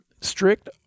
strict